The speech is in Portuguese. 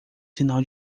sinal